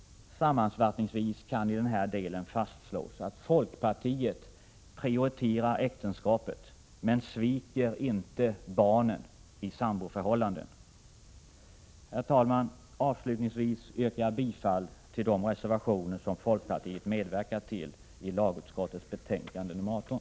Sammanfattningsvis kan i denna del fastslås att folkpartiet prioriterar äktenskapet men inte sviker barnen i samboförhållanden. Herr talman! Avslutningsvis yrkar jag bifall till de reservationer som folkpartiet medverkat till i lagutskottets betänkande nr 18.